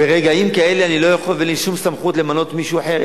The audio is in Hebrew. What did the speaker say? ברגעים כאלה אני לא יכול ואין לי שום סמכות למנות מישהו אחר,